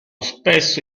spesso